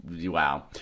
Wow